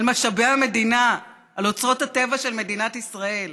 על משאבי המדינה, על אוצרות הטבע של מדינת ישראל.